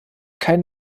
kein